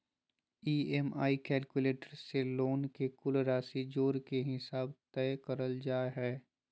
EMI calculator से loan के कुल राशि जोड़ के हिसाब तय करल जा हय